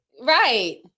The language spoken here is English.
Right